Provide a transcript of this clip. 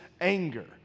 anger